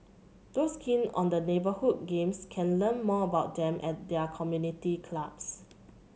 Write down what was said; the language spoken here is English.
those keen on the neighbourhood games can learn more about them at their community clubs